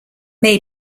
may